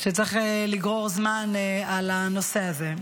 שצריך לגרור זמן על הנושא הזה.